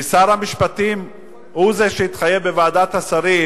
כי שר המשפטים הוא זה שהתחייב בוועדת השרים